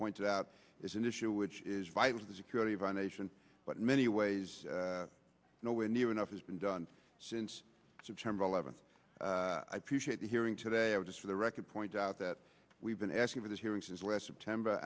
point out is an issue which is vital to the security of our nation but in many ways nowhere near enough has been done since september eleventh i appreciate hearing today of just for the record point out that we've been asking for this hearing since last september